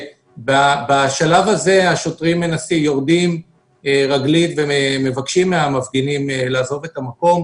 בשלב הזה השוטרים יורדים רגלית ומבקשים מן המפגינים לעזוב את המקום,